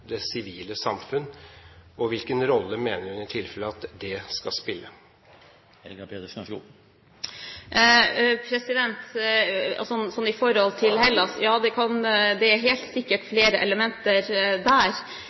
det sivile samfunn? Hvilken rolle mener hun i tilfelle at det skal spille? Når det gjelder Hellas: Ja, det er helt sikkert flere elementer der.